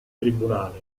tribunale